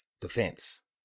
defense